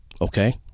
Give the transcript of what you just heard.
Okay